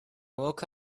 woke